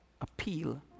appeal